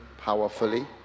powerfully